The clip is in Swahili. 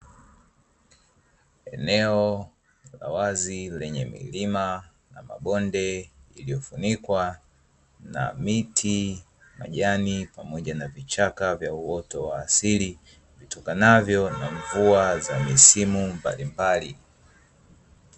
Eneo la wazi lenye milima na mabonde lililofunikwa na miti, majani pamoja na vichaka vya uoto wa asili vitokanavyo na mvua za misimu mbalimbali.